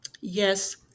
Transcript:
Yes